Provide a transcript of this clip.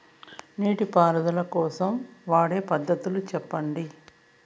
నీటి పారుదల కోసం వాడే పద్ధతులు సెప్పండి?